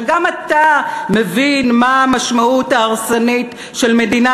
שגם אתה מבין מה המשמעות ההרסנית של מדינה